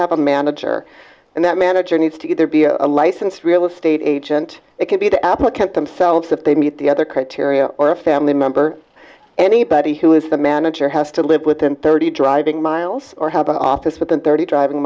have a manager and that manager needs to get there be a licensed real estate agent it could be the applicant themselves that they meet the other criteria or a family member anybody who is the manager has to live within thirty driving miles or how about office within thirty driving